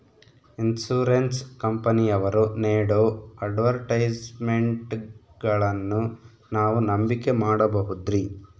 Insurance ಕಂಪನಿಯವರು ನೇಡೋ ಅಡ್ವರ್ಟೈಸ್ಮೆಂಟ್ಗಳನ್ನು ನಾವು ನಂಬಿಕೆ ಮಾಡಬಹುದ್ರಿ?